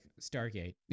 Stargate